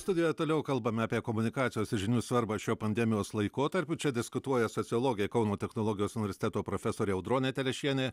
studijoje toliau kalbame apie komunikacijos ir žinių svarbą šiuo pandemijos laikotarpiu čia diskutuoja sociologė kauno technologijos universiteto profesorė audronė telešienė